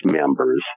members